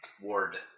Ward